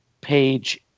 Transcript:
page